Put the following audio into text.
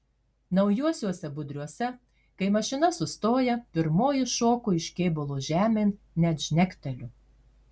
naujuosiuose budriuose kai mašina sustoja pirmoji šoku iš kėbulo žemėn net žnekteliu